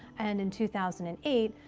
and in two thousand and eight,